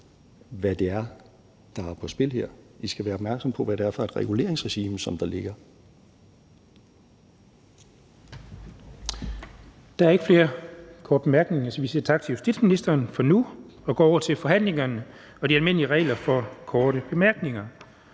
hvad det er, der er på spil her; I skal være opmærksomme på, hvad det er for et reguleringsregime, som der ligger. Kl. 18:41 Den fg. formand (Jens Henrik Thulesen Dahl): Der er ikke flere korte bemærkninger, så vi siger tak til justitsministeren for nu og går over til forhandlingen med de almindelige regler for korte bemærkninger.